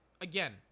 Again